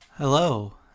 Hello